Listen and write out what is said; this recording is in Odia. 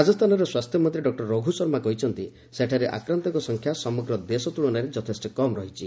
ରାଜସ୍ଥାନର ସ୍ୱାସ୍ଥ୍ୟମନ୍ତ୍ରୀ ଡକ୍ଟର ରଘୁ ଶମା କହିଛନ୍ତି ସେଠାରେ ଆକ୍ରାନ୍ତଙ୍କ ସଂଖ୍ୟା ସମଗ୍ର ଦେଶ ତ୍ରଳନାରେ ଯଥେଷ୍ଟ କମ୍ ରହିଛି